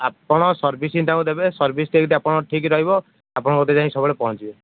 ଆପଣ ସର୍ଭିସିଙ୍ଗଟାକୁ ଦେବେ ସର୍ଭିସିଙ୍ଗ୍ ଯଦି ଠିକ୍ ରହିବ ଆପଣଙ୍କ ହୋଟେଲରେ ଯାଇ ସବୁବେଳେ ଯାଇ ପହଞ୍ଚିବେ